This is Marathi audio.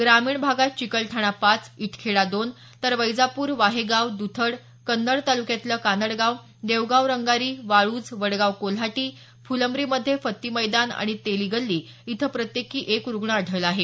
ग्रामीण भागात चिकलठाणा पाच इटखेडा दोन तर वैजापूर वाहेगाव दुधड कन्नड तालुक्यातलं कानडगाव देवगाव रंगारी वाळूज वडगाव कोल्हाटी फुलंब्रीमध्ये फत्ती मैदान आणि तेली गल्ली इथं प्रत्येकी एक रुग्ण आढळला आहे